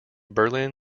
berlin